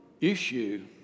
issue